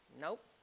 Nope